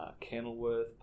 Kenilworth